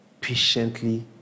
Patiently